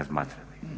razmatrani.